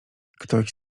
ktoś